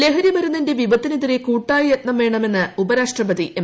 ലഹരി മരുന്നിന്റെ വിപത്തിനെതിരെ കൂട്ടായ യത്നം വേണമെന്ന് ഉപരാഷ്ട്രപതി എം